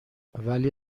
وای